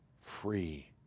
free